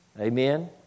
Amen